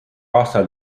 aastal